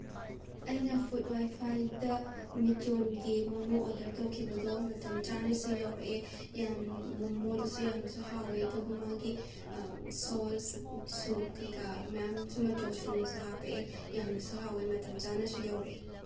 ꯑꯩꯅ ꯐꯨꯗ ꯋꯥꯏꯐꯥꯏꯗ ꯃꯤꯆꯣꯟꯒꯤ ꯃꯣꯃꯣ ꯑꯣꯔꯗꯔ ꯇꯧꯈꯤꯕꯗꯣ ꯃꯇꯝ ꯆꯥꯅꯁꯨ ꯌꯧꯔꯛꯑꯦ ꯃꯣꯃꯣꯗꯨꯁꯨ ꯌꯥꯝꯅꯁꯨ ꯍꯥꯎꯋꯦ ꯑꯗꯨꯒ ꯃꯥꯒꯤ ꯁꯣꯁ ꯁꯨꯞ ꯀꯩꯀꯥ ꯃꯌꯥꯝꯁꯨ ꯃꯆꯜ ꯁꯨꯅꯁꯨ ꯍꯥꯞꯄꯛꯑꯦ ꯌꯥꯝꯅꯁꯨ ꯍꯥꯎꯋꯦ ꯃꯇꯝ ꯆꯥꯅꯁꯨ ꯌꯧꯔꯛꯏ